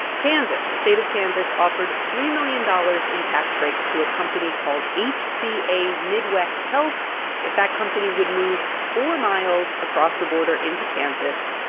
kansas the state of kansas offered three million dollars in tax breaks to a company called hca midwest health if that company would move four miles across the border into kansas,